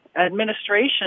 administration